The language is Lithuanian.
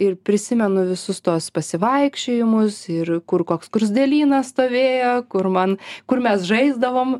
ir prisimenu visus tuos pasivaikščiojimus ir kur koks skruzdėlynas stovėjo kur man kur mes žaisdavom